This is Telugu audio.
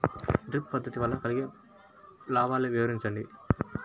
డ్రిప్ పద్దతి వల్ల కలిగే లాభాలు వివరించండి?